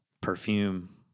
perfume